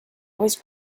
always